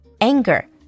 anger